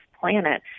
planet